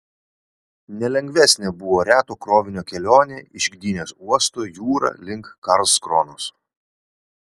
nelengvesnė buvo reto krovinio kelionė iš gdynės uosto jūra link karlskronos